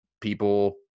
people